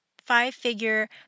five-figure